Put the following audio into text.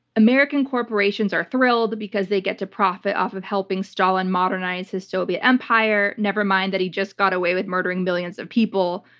american corporations are thrilled because they get to profit off of helping stalin modernize his soviet empire, nevermind that he just got away with murdering millions of people.